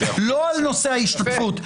הסבירות, לא על נושא ההשתתפות.